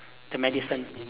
the medicine